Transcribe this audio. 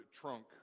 trunk